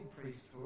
priesthood